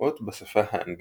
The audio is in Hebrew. התנועות בשפה האנגלית,